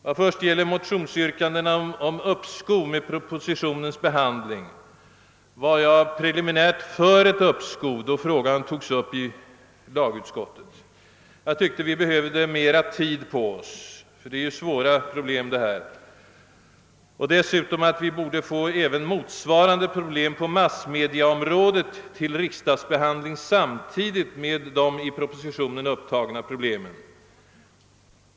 Vad först gäller motionsyrkandena om uppskov med propositionens behandling vill jag säga att jag först var för ett uppskov då frågan togs upp i lagutskottet. Jag tyckte att vi behövde mera tid på oss, eftersom det här gäller mycket svåra problem. Dessutom ansåg jag att vi borde få motsvarande problem på massmediaområdet till riksdagsbehandling samtidigt med de i propositionen upptagna problemen.